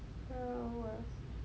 oh what